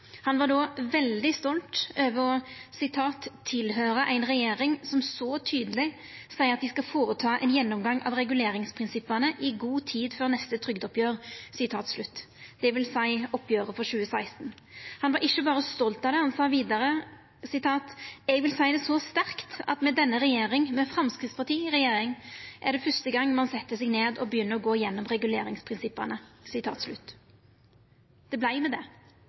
Han var då veldig stolt over å «tilhøre en regjering som så tydelig sier at de skal foreta en gjennomgang av reguleringsprinsippene i god tid før neste trygdeoppgjør» – dvs. oppgjeret for 2016. Og han var ikkje berre stolt av det, han sa vidare: «Jeg vil si det så sterkt at med denne regjering – med Fremskrittspartiet i regjering – er det første gang man setter seg ned og begynner å gå igjennom reguleringsprinsippene.» Det vart med det.